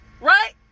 Right